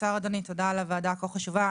תודה לוועדה הכה חשובה.